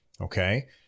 Okay